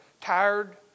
tired